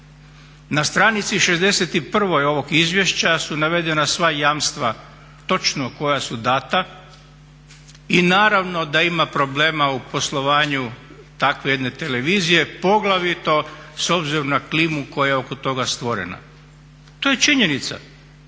na stranici 61. ovog izvješća su navedena sva jamstva točno koja su dana i naravno da ima problema u poslovanju takve jedne televizije poglavito s obzirom na klimu koja je oko toga stvorena. To je činjenica.